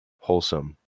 Wholesome